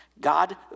God